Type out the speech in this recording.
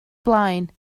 blaen